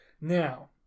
Now